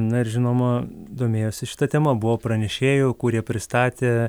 na ir žinoma domėjosi šita tema buvo pranešėjų kurie pristatė